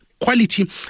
Quality